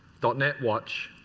dot net watch,